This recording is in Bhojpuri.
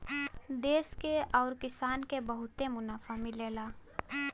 देस के आउर किसान के बहुते मुनाफा मिलला